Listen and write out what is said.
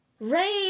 rain